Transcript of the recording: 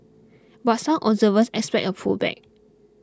but some observers expect a pullback